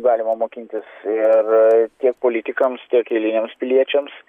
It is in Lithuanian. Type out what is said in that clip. galima mokintis ir tiek politikams tiek eiliniams piliečiams